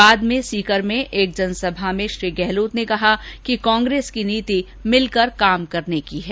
बाद में सीकर में एक जनसभा में उन्होंने कहा कि कांग्रेस की नीति मिलकर काम करने की है